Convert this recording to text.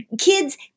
kids